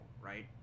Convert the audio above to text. right